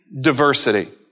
diversity